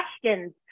questions